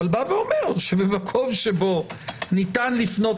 אבל אומר שבמקום שבו ניתן לפנות